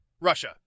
Russia